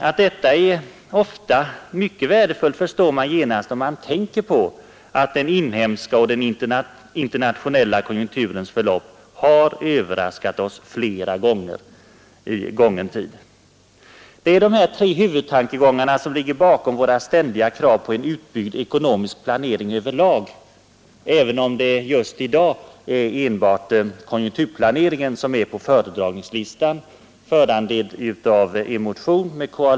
Att detta ofta är värdefullt förstår man genast om man tänker på att den inhemska och den internationella konjunkturens förlopp flera gånger har överraskat oss. Det är dessa tre huvudtankegångar som ligger bakom våra ständiga krav på en utbyggd ekonomisk planering över lag, även om det i dag är just konjunkturplaneringen som står på föredragningslistan med anledning av en motion med K.-A.